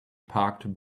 parked